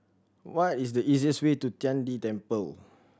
what is the easiest way to Tian De Temple